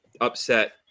upset